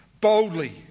boldly